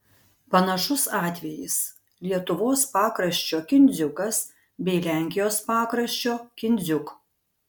panašus atvejis lietuvos pakraščio kindziukas bei lenkijos pakraščio kindziuk